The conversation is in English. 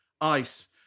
ice